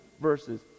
verses